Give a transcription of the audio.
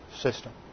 system